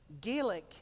Gaelic